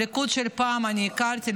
את הליכוד של פעם אני הכרתי,